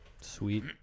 Sweet